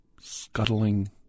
scuttling